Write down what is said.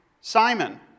Simon